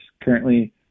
Currently